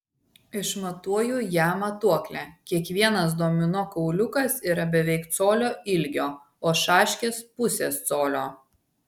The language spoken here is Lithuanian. išmatuoju ją matuokle kiekvienas domino kauliukas yra beveik colio ilgio o šaškės pusės colio